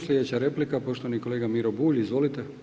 Sljedeća replika poštovani kolega Miro Bulj, izvolite.